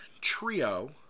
trio